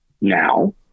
now